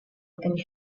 and